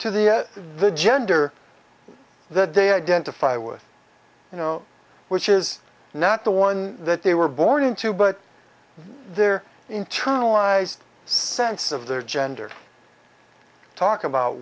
to the the gender that they identify with you know which is not the one that they were born into but they're internalized sense of their gender talk about